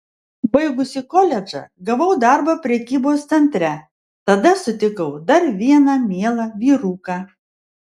baigusi koledžą gavau darbą prekybos centre tada sutikau dar vieną mielą vyruką